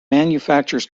manufactures